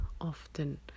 often